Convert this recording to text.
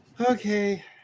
Okay